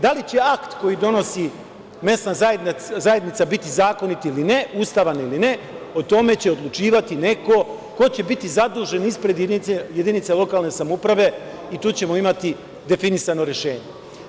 Da li će akt koji donosi mesna zajednica ili ne, ustavan ili ne, o tome će odlučivati neko ko će biti zadužen ispred jedinice lokalne samouprave i tu ćemo imati definisano rešenje.